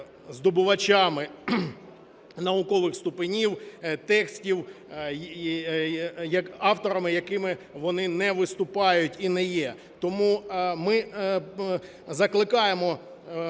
здобувачами наукових ступенів текстів, авторами якими вони не виступають і не є. Тому ми закликаємо